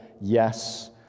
yes